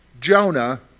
Jonah